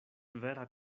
vera